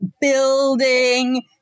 building